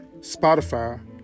Spotify